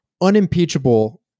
Unimpeachable